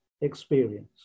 experience